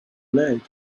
lead